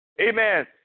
Amen